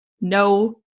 no